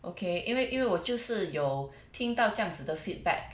okay 因为因为我就是有听到这样子的 feedback